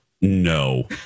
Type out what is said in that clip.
No